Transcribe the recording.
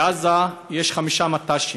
בעזה יש חמישה מט"שים,